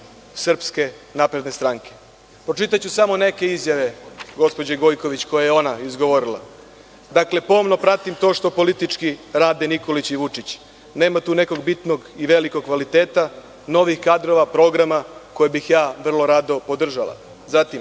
Srpske napredne stranke. Pročitaću samo neke izjave gospođe Gojković, koje je ona izgovorila. Dakle, „Pomno pratim to što politički rade Nikolić i Vučić. Nema tu nekog bitnog i velikog kvaliteta, novih kadrova, programa koje bih ja vrlo rado podržala.“. Zatim,